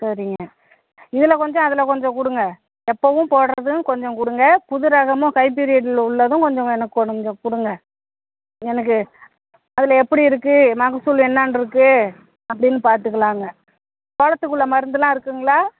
சரிங்க இதில் கொஞ்சம் அதில் கொஞ்சம் கொடுங்க எப்பவும் போடுறதும் கொஞ்சம் கொடுங்க புது ரகமாக ஹைப்பீரியடில் உள்ளதும் கொஞ்சம் கொடுங்க கொடுங்க எனக்கு அதில் எப்படி இருக்குது மகசூல் என்னான்ட்ருக்கு அப்படின்னு பார்த்துக்கலாங்க சோளத்துக்குள்ள மருந்துலாம் இருக்குதுங்களா